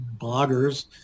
bloggers